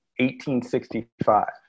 1865